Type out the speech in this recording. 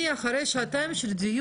אני, אחרי שעתיים של דיון,